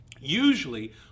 usually